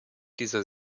dieser